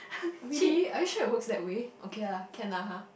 really are you sure it works that way okay ah can lah !huh!